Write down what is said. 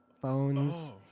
phones